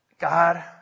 God